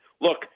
look